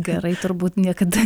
gerai turbūt niekada